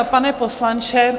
Pane poslanče.